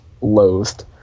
loathed